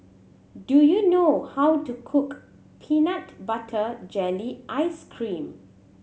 do you know how to cook peanut butter jelly ice cream